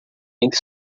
ainda